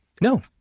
No